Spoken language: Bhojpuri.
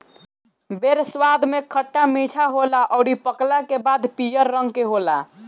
बेर स्वाद में खट्टा मीठा होला अउरी पकला के बाद पियर रंग के होला